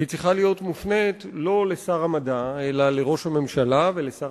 והיא צריכה להיות מופנית לא לשר המדע אלא לראש הממשלה ולשר